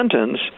sentence